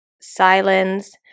silence